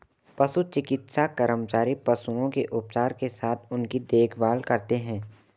पशु चिकित्सा कर्मचारी पशुओं के उपचार के साथ उनकी देखभाल करते हैं